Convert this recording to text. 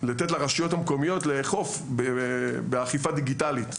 לתת לרשויות המקומיות לאכוף באכיפה דיגיטלית.